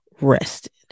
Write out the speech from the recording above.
rested